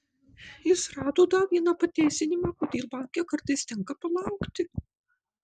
jis rado dar vieną pateisinimą kodėl banke kartais tenka palaukti